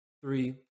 three